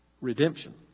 Redemption